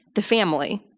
the family.